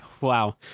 wow